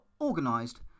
organised